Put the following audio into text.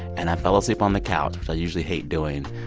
and i fell asleep on the couch, which i usually hate doing.